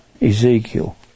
Ezekiel